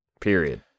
Period